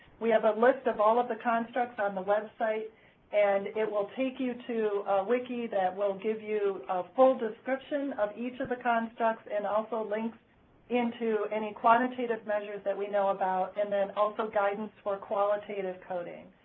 we have a list of all of the constructs on the web site and it will take you to a wiki that will give you a full description of each of the constructs and also link into any quantitative measures that we know about and then also guidance for qualitative coding.